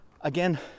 Again